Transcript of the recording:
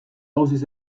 guztiz